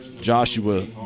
Joshua